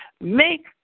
make